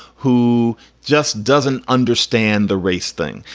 who just doesn't understand the race thing,